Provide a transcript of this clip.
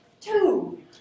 Two